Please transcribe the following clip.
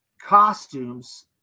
Costumes